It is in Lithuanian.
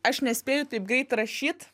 aš nespėju taip greitai rašyt